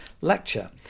lecture